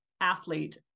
athlete